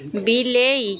ବିଲେଇ